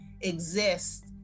exist